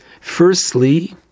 Firstly